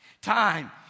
Time